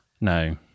No